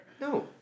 No